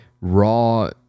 raw